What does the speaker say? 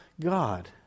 God